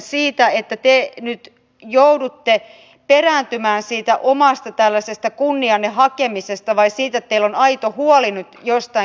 siitä että te nyt joudutte perääntymään tällaisesta oman kunnianne hakemisesta vai siitä että teillä on nyt aito huoli jostain